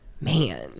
Man